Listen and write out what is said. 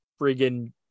friggin